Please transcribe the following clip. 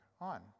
on